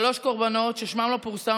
שלוש קורבנות ששמן לא פורסם,